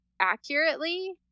accurately